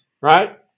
right